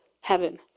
heaven